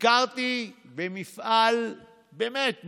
ביקרתי במפעל באמת מיוחד,